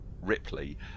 Ripley